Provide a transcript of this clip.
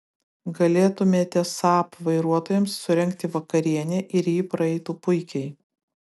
galėtumėte saab vairuotojams surengti vakarienę ir ji praeitų puikiai